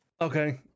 Okay